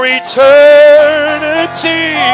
eternity